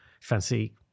fancy